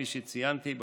כפי שציינתי,